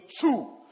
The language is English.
two